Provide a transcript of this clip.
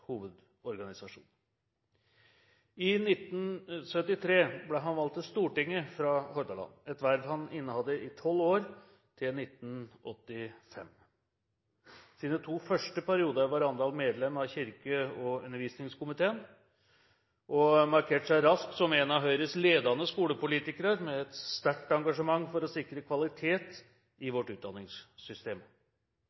Hovedorganisasjon. I I973 ble han valgt inn på Stortinget fra Hordaland – et verv han innehadde i tolv år, til 1985. Sine to første perioder var Randal medlem av kirke- og undervisningskomiteen og markerte seg raskt som en av Høyres ledende skolepolitikere med et sterkt engasjement for å sikre kvalitet i